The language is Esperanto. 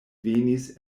venis